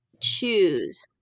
choose